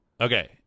Okay